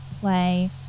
play